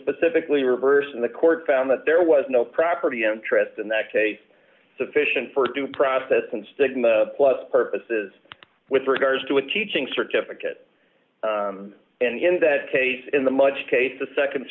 specifically reversed in the court found that there was no property interest and that a sufficient for due process and stigma plus purposes with regard to a teaching certificate and in that case in the much case the